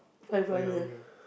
for your meal